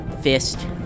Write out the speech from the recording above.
fist